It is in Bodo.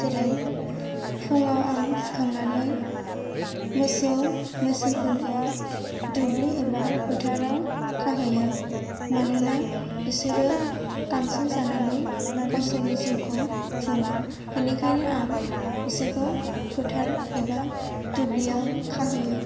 जेरै फुङाव आं सिखांनानै मोसौ मैसोफोरखौ दुब्लि एबा फोथाराव खाहैयो मानोना बिसोरो गांसो जानानै गावसोरनि जिउखौ खुङो बेनिखायनो आं बिसोरखौ फोथार एबा दुब्लियाव खाहैयो